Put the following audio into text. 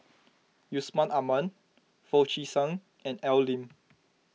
Yusman Aman Foo Chee San and Al Lim